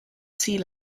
sea